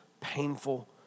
painful